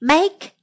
Make